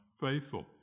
faithful